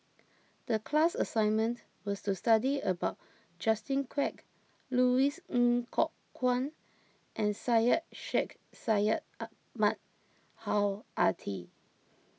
the class assignment was to study about Justin Quek Louis Ng Kok Kwang and Syed Sheikh Syed Ahmad Al Hadi